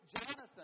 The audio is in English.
Jonathan